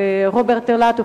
ורוברט אילטוב,